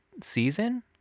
season